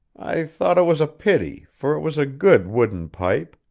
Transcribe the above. i thought it was a pity, for it was a good wooden pipe,